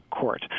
court